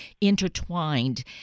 intertwined